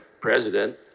president